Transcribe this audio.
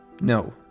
no